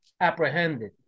apprehended